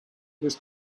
was